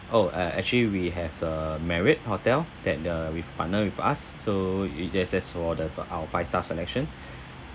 oh uh actually we have uh marriott hotel that uh with partner with us so it that's that's for our five star selection